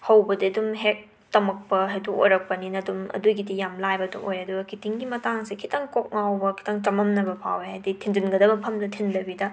ꯍꯧꯕꯗꯩ ꯑꯗꯨꯝ ꯍꯦꯛ ꯇꯃꯛꯄ ꯍꯥꯏꯗꯣ ꯑꯣꯏꯔꯛꯄꯅꯤꯅ ꯑꯗꯨꯝ ꯑꯗꯨꯒꯤꯗꯤ ꯌꯥꯝꯅ ꯂꯥꯏꯕꯗꯣ ꯑꯣꯏ ꯑꯗꯨꯒ ꯀꯤꯇꯤꯡꯒꯤ ꯃꯇꯥꯡꯁꯦ ꯈꯤꯇꯪ ꯀꯣꯛ ꯉꯥꯎꯕ ꯈꯤꯇꯪ ꯆꯃꯝꯅꯕ ꯐꯥꯎꯋꯦ ꯍꯥꯏꯗꯤ ꯊꯤꯟꯖꯤꯟꯒꯗꯕ ꯃꯐꯝꯗꯨ ꯊꯤꯟꯗꯕꯤꯗ